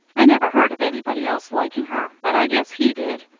i never heard of anybody else liking her, but i guess he did.